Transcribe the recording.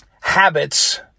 habits